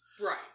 Right